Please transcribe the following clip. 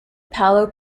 palo